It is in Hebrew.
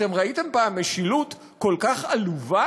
אתם ראיתם פעם משילות כל כך עלובה?